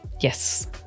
yes